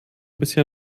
bisher